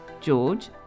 george